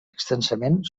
extensament